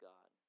God